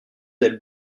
ailes